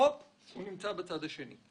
והוא כבר נמצא בצד השני.